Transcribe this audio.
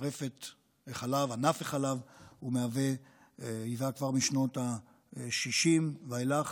ענף החלב היווה כבר משנות השישים ואילך